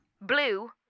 blue